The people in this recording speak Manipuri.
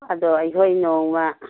ꯑꯗꯣ ꯑꯩꯈꯣꯏ ꯅꯣꯡꯃ